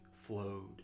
flowed